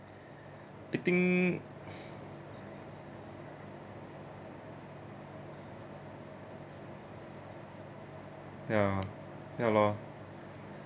I think ya ya loh